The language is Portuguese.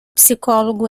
psicólogo